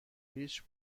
هیچ